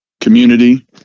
community